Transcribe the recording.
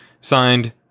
Signed